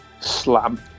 slam